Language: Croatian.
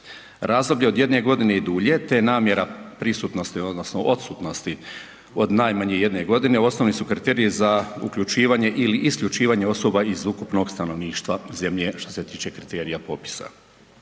Razdoblje od 1 godine i dulje te namjera prisutnosti odnosno odsutnosti od najmanje jedne godine, osnovni su kriteriji za uključivanje ili isključivanje osoba iz ukupnog stanovništva zemlje što se tiče kriterija popisa.